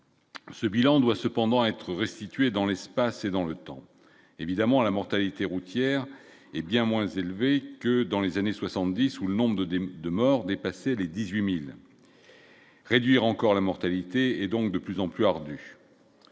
Ce bilan doit cependant être restitués dans l'espace et dans le temps évidemment la mortalité routière est bien moins élevé que dans les années 70 où le nombre de décès de mort, dépasser les 18000 réduire encore la mortalité et donc de plus en plus ardu.